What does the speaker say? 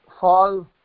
fall